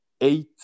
eight